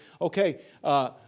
Okay